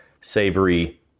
savory